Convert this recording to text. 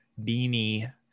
beanie